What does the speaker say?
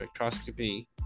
spectroscopy